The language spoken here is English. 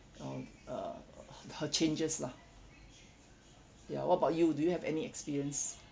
you know uh h~ her changes lah ya what about you do you have any experience